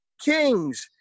kings